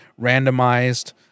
randomized